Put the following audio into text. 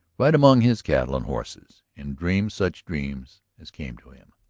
ride among his cattle and horses, and dream such dreams as came to him.